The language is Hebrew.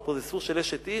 אבל פה זה איסור של אשת איש,